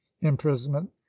imprisonment